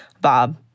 Bob